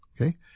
Okay